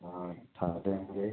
हाँ ठहरेंगे